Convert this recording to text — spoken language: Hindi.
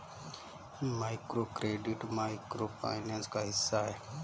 माइक्रोक्रेडिट माइक्रो फाइनेंस का हिस्सा है